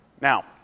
Now